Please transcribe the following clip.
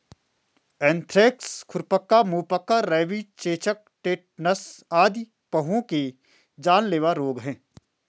anthrax, खुरपका, मुहपका, rabies, चेचक, टेटनस आदि पहुओं के जानलेवा रोग हैं